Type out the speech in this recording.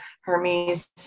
Hermes